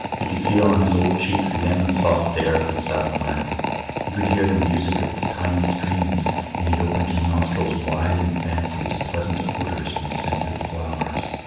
he could feel on his old cheeks again the soft air of the southland he could hear the music of its tiny streams and he opened his nostrils wide in fancy to pleasant odours from scented flowers.